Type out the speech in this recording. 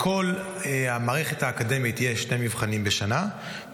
בכל המערכת האקדמית יש שני מבחנים בשנה,